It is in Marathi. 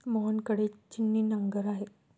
मोहन कडे छिन्नी नांगर आहे